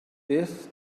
beth